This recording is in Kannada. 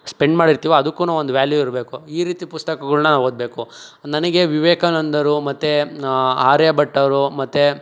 ಸ್ಪೆಂಡ್ ಮಾಡಿರ್ತೀವೋ ಅದಕ್ಕು ಒಂದು ವ್ಯಾಲ್ಯೂ ಇರಬೇಕು ಈ ರೀತಿ ಪುಸ್ತಕಗಳ್ನ ನಾವು ಓದಬೇಕು ನನಗೆ ವಿವೇಕಾನಂದರು ಮತ್ತು ಆರ್ಯಭಟ ಅವರು ಮತ್ತು